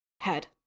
head